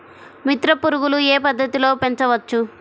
మిత్ర పురుగులు ఏ పద్దతిలో పెంచవచ్చు?